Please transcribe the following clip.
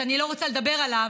שאני לא רוצה לדבר עליו.